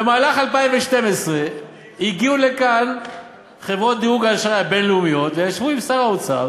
ב-2012 הגיעו לכאן חברות דירוג האשראי הבין-לאומיות וישבו עם שר האוצר